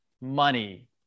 money